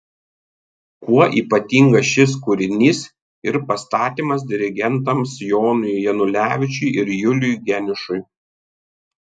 kuo ypatingas šis kūrinys ir pastatymas dirigentams jonui janulevičiui ir juliui geniušui